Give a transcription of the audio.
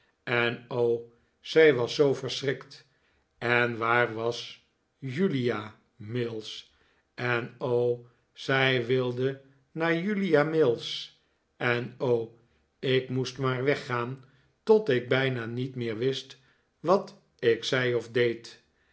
en o zij was zoo verschrikt en waar was julia mills en o zij wilde naar julia mills en o ik moest maar weggaan tot ik bijna niet meer wist wat ik zei of deed